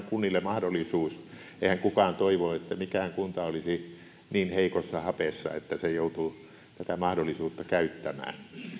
kunnille vain mahdollisuus eihän kukaan toivo että mikään kunta olisi niin heikossa hapessa että se joutuu tätä mahdollisuutta käyttämään